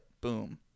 Boom